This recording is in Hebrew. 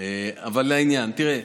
אבל לעניין: תראה,